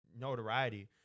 notoriety